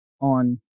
on